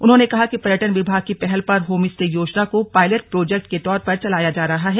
उन्होंने कहा कि पर्यटन विभाग की पहल पर होम स्टे योजना को पायलट प्रोजेक्ट के तौर पर चलाया जा रहा है